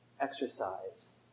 exercise